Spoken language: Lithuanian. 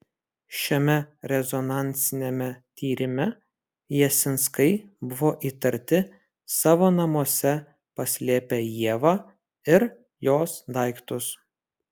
šiame rezonansiniame tyrime jasinskai buvo įtarti savo namuose paslėpę ievą ir jos daiktus